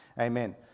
Amen